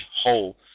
whole